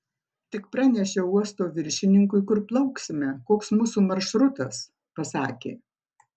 tik pranešiau uosto viršininkui kur plauksime koks mūsų maršrutas pasakė